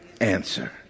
answer